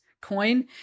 coin